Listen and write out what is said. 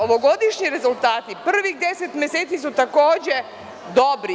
Ovogodišnji rezultati, prvih 10 meseci su takođe dobri.